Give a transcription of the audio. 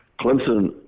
Clemson